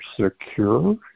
secure